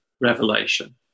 revelation